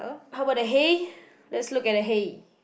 how about the hay let's look at the hay